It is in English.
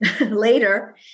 later